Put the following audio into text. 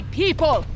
people